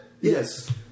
Yes